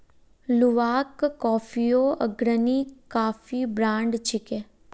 Luwak कॉफियो अग्रणी coffee brand छिके